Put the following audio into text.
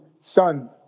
son